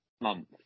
month